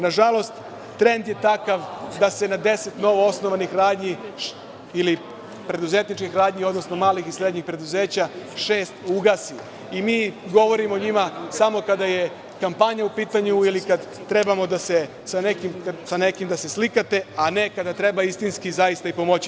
Na žalost, trend je takav da se na deset novoosnovanih radnji ili preduzetničkih radnji, odnosno srednjih i malih preduzeća šest ugasi i mi govorimo o njima samo kada je kampanja u pitanju i kada trebate sa nekim da se slikate, a ne kada im treba istinski i zaista pomoći.